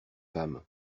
femme